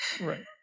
Right